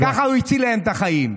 ככה הוא הציל להם את החיים.